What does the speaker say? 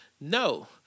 No